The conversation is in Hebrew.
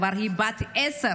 היא בת עשר.